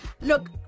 Look